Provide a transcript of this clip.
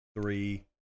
Three